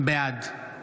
בעד